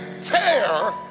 tear